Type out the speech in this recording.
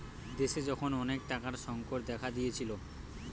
দেশে যখন অনেক টাকার সংকট দেখা দিয়েছিলো